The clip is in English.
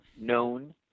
known